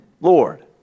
Lord